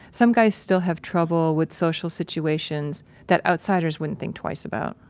some guys still have trouble with social situations that outsiders wouldn't think twice about.